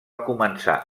començar